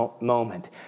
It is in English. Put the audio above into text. moment